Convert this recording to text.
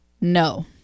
no